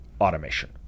automation